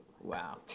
Wow